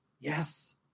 Yes